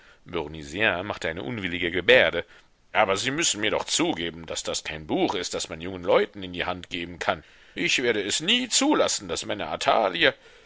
machte eine unwillige gebärde aber sie müssen mir doch zugeben daß das kein buch ist das man jungen leuten in die hand geben kann ich werde es nie zulassen daß meine athalie